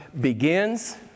begins